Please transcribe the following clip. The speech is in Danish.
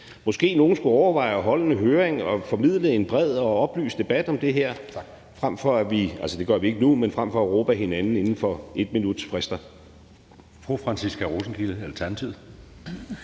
Måske nogen skulle overveje at holde en høring og formidle en bred og oplyst debat om det her frem for – altså, det gør vi ikke